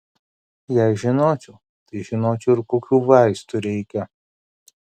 jei žinočiau tai žinočiau ir kokių vaistų reikia